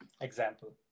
example